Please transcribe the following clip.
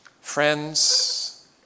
Friends